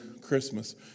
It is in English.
Christmas